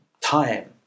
time